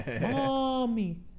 mommy